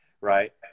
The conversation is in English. right